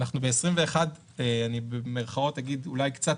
ב-2021 אנחנו קצת